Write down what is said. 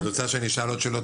את רוצה שאני אשאל עוד שאלות,